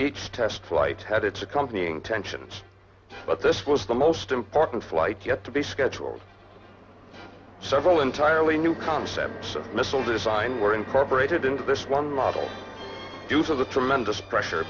it's test flight had its accompanying tensions but this was the most important flight yet to be scheduled several entirely new concepts of missile design were incorporated into this one model use of the tremendous pressure